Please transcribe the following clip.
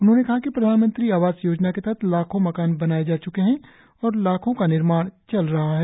उन्होंने कहा कि प्रधानमंत्री आवास योजना के तहत लाखों मकान बनाए जा च्के हैं और लाखों का निर्माण चल रहा है